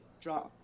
Draw